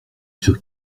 sur